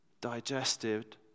digested